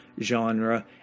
genre